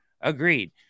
Agreed